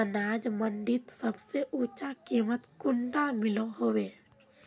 अनाज मंडीत सबसे ऊँचा कीमत कुंडा मिलोहो होबे?